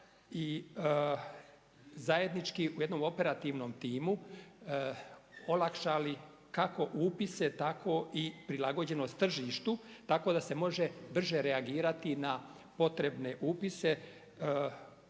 i zajednički u jednom operativnom timu olakšali kako upise, tako i prilagođenost tržištu, tako da se može brže reagirati na potrebne upise.